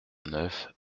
neuf